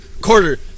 Quarter